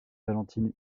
valentine